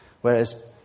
Whereas